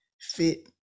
fit